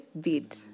bid